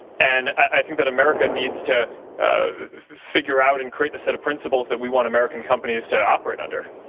and i think that america needs to figure out and create the set of principles that we want american companies to operate under.